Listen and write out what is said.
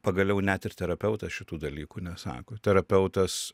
pagaliau net ir terapeutas šitų dalykų nesako terapeutas